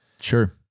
Sure